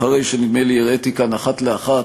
אחרי שהראיתי כאן, נדמה לי, אחת לאחת